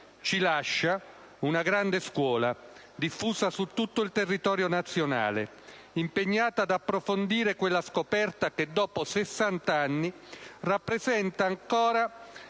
Ci lascia una grande scuola, diffusa su tutto il territorio nazionale, impegnata ad approfondire quella scoperta che dopo sessant'anni rappresenta ancora